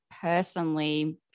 personally